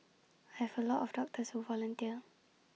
I have A lot of doctors who volunteer